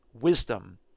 wisdom